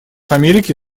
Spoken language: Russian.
америки